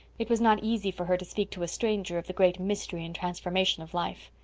it was not easy for her to speak to a stranger of the great mystery and transformation of life.